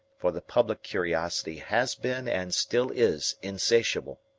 for the public curiosity has been and still is insatiable.